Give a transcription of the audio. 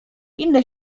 inny